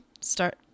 start